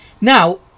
Now